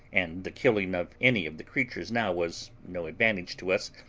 and the killing of any of the creatures now was no advantage to us,